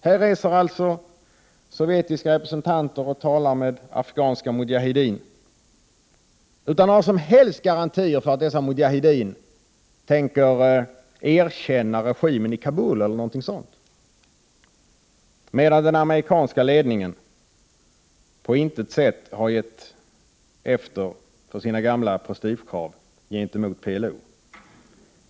Här reser alltså sovjetiska representanter och talar med afghanska mudjahedin utan några som helst garantier för att dessa mudjahedin tänker erkänna regimen i Kabul eller någonting sådant, medan den amerikanska ledningen på intet sätt har gett efter på sina gamla prestigekrav gentemot PLO.